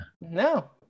No